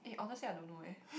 eh honestly I don't know eh